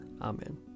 Amen